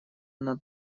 она